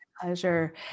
Pleasure